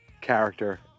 character